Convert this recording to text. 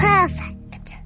Perfect